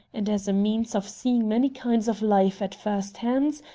and, as a means of seeing many kinds of life at first hand,